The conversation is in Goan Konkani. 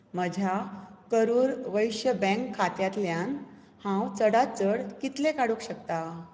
म्हज्या करुर वैश्य बँक खात्यांतल्यान हांव चडांत चड कितले काडूंक शकता